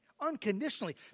unconditionally